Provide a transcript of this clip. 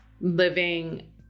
living